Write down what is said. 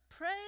Pray